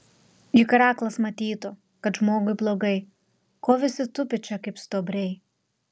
juk ir aklas matytų kad žmogui blogai ko visi tupi čia kaip stuobriai